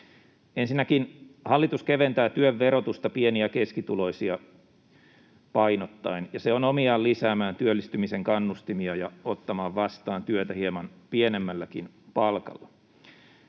Ensinnäkin hallitus keventää työn verotusta pieni‑ ja keskituloisia painottaen, ja se on omiaan lisäämään työllistymisen kannustimia ja ottamaan vastaan työtä hieman pienemmälläkin palkalla.